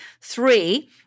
Three